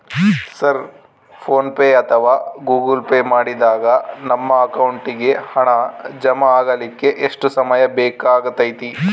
Sir PhonePe ಅಥವಾ Google Pay ಮಾಡಿದಾಗ ನಮ್ಮ ಅಕೌಂಟಿಗೆ ಹಣ ಜಮಾ ಆಗಲಿಕ್ಕೆ ಎಷ್ಟು ಸಮಯ ಬೇಕಾಗತೈತಿ?